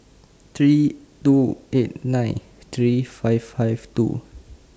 three two eight nine three five five two